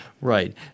Right